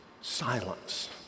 silence